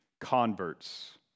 converts